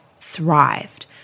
thrived